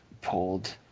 pulled